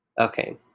Okay